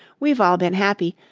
we've all been happy,